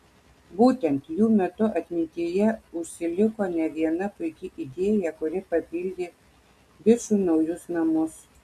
būtent jų metu atmintyje užsiliko ne viena puiki idėja kuri papildė bičų naujus namus